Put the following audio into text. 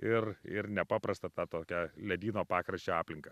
ir ir nepaprastą tą tokią ledyno pakraščio aplinką